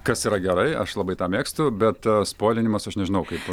kas yra gerai aš labai tą mėgstu bet spoilinimas aš nežinau kaip